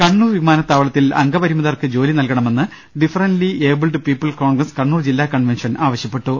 കണ്ണൂർ വിമാനത്താവളത്തിൽ അംഗപരിമിതർക്ക് ജോലി നൽക ണമെന്ന് differently abled people Congress Kannur ജില്ലാ കൺവെൻഷൻ ആവശ്യപ്പെട്ടു